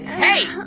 hey!